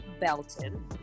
Belton